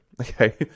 okay